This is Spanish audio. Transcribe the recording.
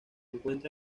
encuentra